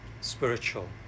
spiritual